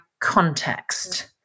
context